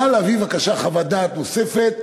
נא להביא חוות דעת נוספת,